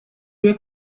روی